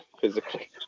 physically